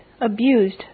abused